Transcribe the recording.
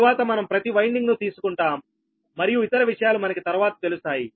తరువాత మనం ప్రతి వైండింగ్ ను తీసుకుంటాం మరియు ఇతర విషయాలు మనకి తర్వాత తెలుస్తాయి